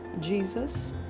Jesus